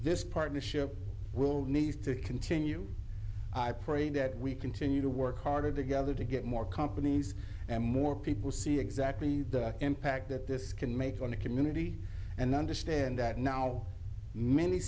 this partnership will need to continue i pray that we continue to work hard together to get more companies and more people see exactly the impact that this can make on a community and i understand that now many